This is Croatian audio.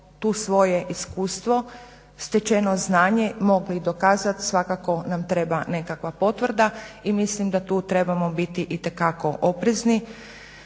tu svoje iskustvo stečeno znanje mogli dokazati svakako nam treba nekakva potvrda i mislim da tu trebamo biti itekako oprezni,